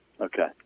Okay